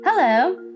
Hello